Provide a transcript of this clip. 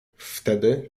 wtedy